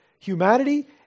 humanity